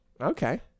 Okay